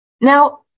Now